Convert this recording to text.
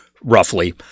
roughly